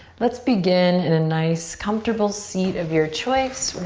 let's begin in a nice comfortable seat of your choice.